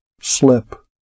slip